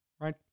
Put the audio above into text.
Right